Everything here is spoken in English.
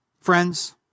Friends